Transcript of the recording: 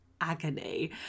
agony